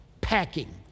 packing